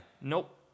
Nope